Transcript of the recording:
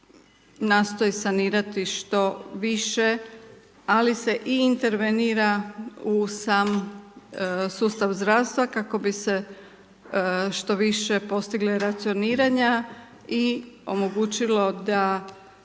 nastoji sanirati što više ali se i intervenira u sam sustav zdravstva kako bi se što više postigla racioniranja i omogućilo da